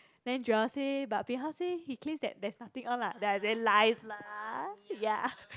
then Joel say but bin hao say he claims that there's nothing on lah then I say lies lah ya